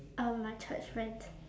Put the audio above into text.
um my church friends